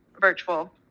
virtual